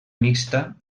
mixta